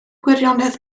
gwirionedd